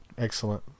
excellent